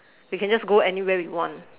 we can just go anywhere we want